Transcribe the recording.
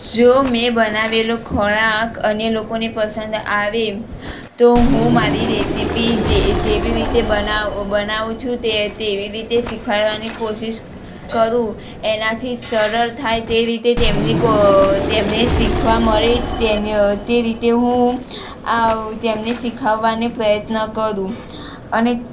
જો મેં બનાવેલો ખોરાક અન્ય લોકોને પસંદ આવે તો હું મારી રેસિપી જે જેવી રીતે બનાવું છું તે તેવી રીતે શીખવાડવાની કોશિષ કરું એનાથી સરળ થાય તે રીતે તેમની તેમને શીખવા મળે તે રીતે હું આ તેમને શીખવવાને પ્રયત્ન કરું અને